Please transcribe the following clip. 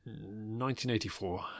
1984